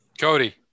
Cody